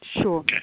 Sure